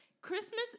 Christmas